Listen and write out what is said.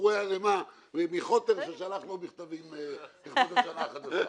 הוא רואה ערימה --- ששלח לו מכתבים לכבוד השנה החדשה.